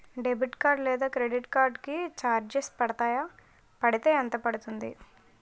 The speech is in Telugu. డెబిట్ కార్డ్ లేదా క్రెడిట్ కార్డ్ కి చార్జెస్ పడతాయా? పడితే ఎంత పడుతుంది?